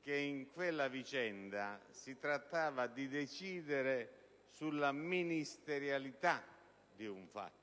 che in quella vicenda si trattava di decidere sulla ministerialità di un fatto.